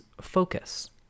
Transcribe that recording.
focus